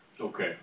Okay